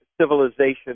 civilization